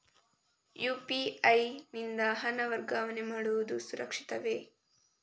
UPI ಯಿಂದ ಹಣ ವರ್ಗಾವಣೆ ಮಾಡುವುದು ಸುರಕ್ಷಿತವೇ?